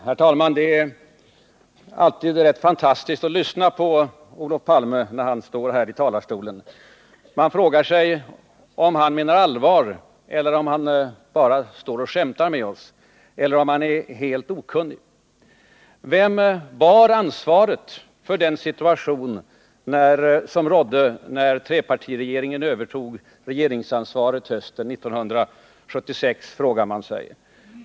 Herr talman! Det är alltid rätt fantastiskt att lyssna på Olof Palme när han står här i talarstolen. Man frågar sig om han menar allvar eller om han bara står och skämtar med oss eller om han är helt okunnig. Vem bar ansvaret för den situation som rådde när trepartiregeringen övertog regeringsansvaret hösten 1976? frågar man sig.